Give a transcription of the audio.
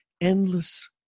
endless